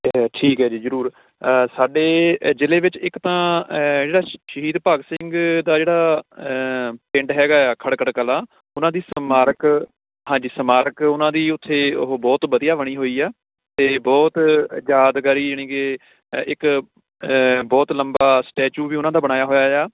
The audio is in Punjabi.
ਠੀਕ ਹੈ ਜੀ ਜ਼ਰੂਰ ਸਾਡੇ ਜ਼ਿਲ੍ਹੇ ਵਿੱਚ ਇੱਕ ਤਾਂ ਜਿਹੜਾ ਸ਼ਹੀਦ ਭਗਤ ਸਿੰਘ ਦਾ ਜਿਹੜਾ ਪਿੰਡ ਹੈਗਾ ਆ ਖਟਕੜ ਕਲਾਂ ਉਹਨਾਂ ਦੀ ਸਮਾਰਕ ਹਾਂਜੀ ਸਮਾਰਕ ਉਹਨਾਂ ਦੀ ਉੱਥੇ ਉਹ ਬਹੁਤ ਵਧੀਆ ਬਣੀ ਹੋਈ ਆ ਅਤੇ ਬਹੁਤ ਯਾਦਗਾਰੀ ਜਾਣੀ ਕਿ ਇੱਕ ਬਹੁਤ ਲੰਬਾ ਸਟੈਚੂ ਵੀ ਉਹਨਾਂ ਦਾ ਬਣਾਇਆ ਹੋਇਆ ਆ